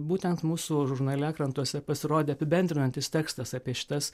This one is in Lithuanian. būtent mūsų žurnale krantuose pasirodė apibendrinantis tekstas apie šitas